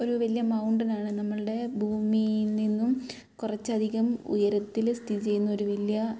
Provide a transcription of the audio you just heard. ഒരു വലിയ മൗണ്ടൈൻ ആണ് നമ്മളുടെ ഭൂമിയിൽ നിന്നും കുറച്ചധികം ഉയരത്തിൽ സ്ഥിതിചെയ്യുന്ന ഒരു വലിയ